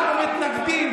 אנחנו מתנגדים,